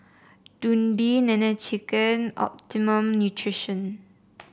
Dundee Nene Chicken Optimum Nutrition